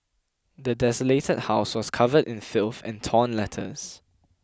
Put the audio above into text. the desolated house was covered in filth and torn letters